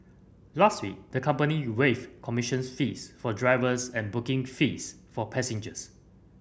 last week the company waived commissions fees for drivers and booking fees for passengers